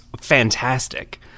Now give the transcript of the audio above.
fantastic